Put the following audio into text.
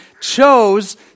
chose